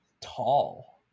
tall